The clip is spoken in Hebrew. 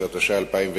12), התש"ע 2009,